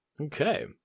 Okay